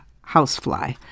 housefly